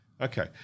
Okay